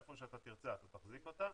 איפה שתרצה אתה תחזיק אותה,